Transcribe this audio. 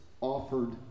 offered